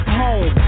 home